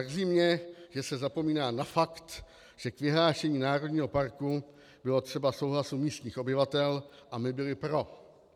Mrzí mě, že se zapomíná na fakt, že k vyhlášení národního parku bylo třeba souhlasu místních obyvatel, a my byli pro.